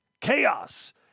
Chaos